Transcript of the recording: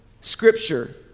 Scripture